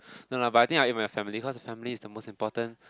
no lah but I think I eat my family cause the family is most important